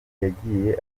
yagiye